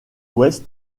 ouest